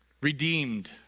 redeemed